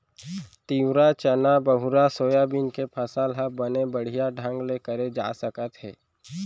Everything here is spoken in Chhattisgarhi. तिंवरा, चना, बहुरा, सोयाबीन के फसल ह बने बड़िहा ढंग ले करे जा सकत हे